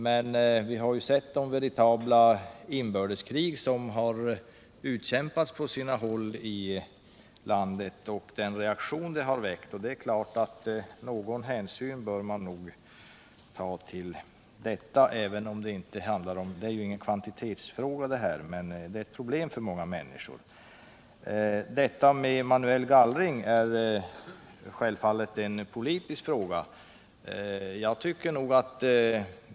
Men vi har ju sett den reaktion den har väckt. På sina håll i landet har det utkämpats veritabla inbördeskrig. Någon hänsyn bör man nog ta till detta. Det här är ingen kvantitetsfråga, men det är ett problem för många människor. Frågan om manuell gallring är självfallet en politisk fråga.